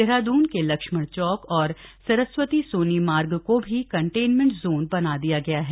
देहरादून के लक्ष्मण चौक और सरस्वती सोनी मार्ग को भी कंटेनमेंट जोन बना दिया गया है